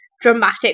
dramatic